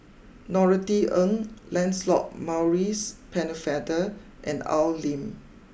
Norothy Ng Lancelot Maurice Pennefather and Al Lim